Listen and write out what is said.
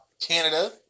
Canada